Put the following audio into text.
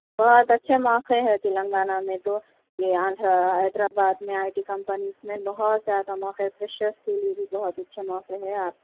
بہت اچھے موقعے ہیں تلنگانہ میں تو یہ آندھرا حیدر آباد میں آئی ٹی کمپیز میں بہت زیادہ موقعے فریشر کے لیے بھی بہت اچھے موقعے ہیں آپ